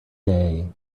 day